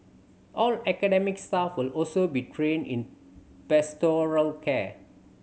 all academic staff will also be trained in pastoral care